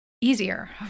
easier